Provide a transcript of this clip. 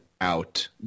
out